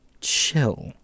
Chill